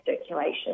circulation